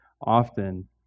often